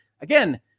Again